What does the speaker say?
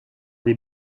des